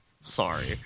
sorry